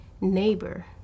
neighbor